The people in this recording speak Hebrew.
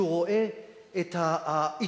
שכן הוא רואה את האי-צדק.